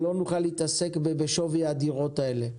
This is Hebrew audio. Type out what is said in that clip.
לא נוכל להתעסק בשווי הדירות האלה.